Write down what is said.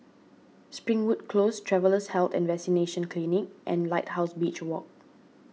Springwood Close Travellers' Health and Vaccination Clinic and Lighthouse Beach Walk